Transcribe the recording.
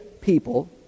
people